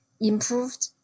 improved